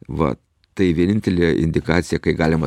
va tai vienintelė indikacija kai galima